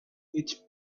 each